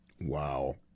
Wow